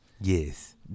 Yes